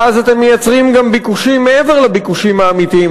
ואז אתם מייצרים גם ביקושים מעבר לביקושים האמיתיים.